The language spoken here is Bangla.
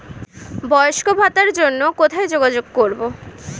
বয়স্ক ভাতার জন্য কোথায় যোগাযোগ করব?